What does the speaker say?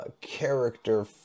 character